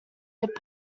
hip